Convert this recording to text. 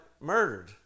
murdered